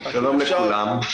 שלום לכולם.